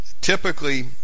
Typically